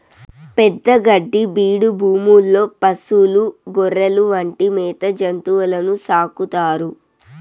పెద్ద గడ్డి బీడు భూముల్లో పసులు, గొర్రెలు వంటి మేత జంతువులను సాకుతారు